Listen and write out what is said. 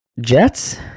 Jets